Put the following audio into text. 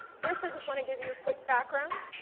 first i just wanna give you a quick background.